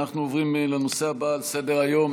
אנחנו עוברים לנושא הבא על סדר-היום,